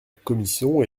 commission